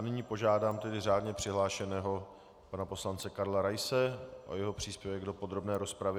Nyní požádám řádně přihlášeného pana poslance Karla Raise o jeho příspěvek do podrobné rozpravy.